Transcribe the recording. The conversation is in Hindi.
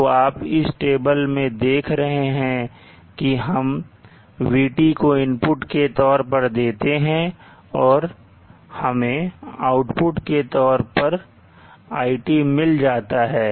तो आप इस टेबल में देख रहे हैं कि हम vT को इनपुट के तौर पर देते हैं और हमें iT आउटपुट के तौर पर मिल जाता है